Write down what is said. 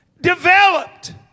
developed